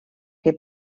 que